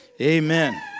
Amen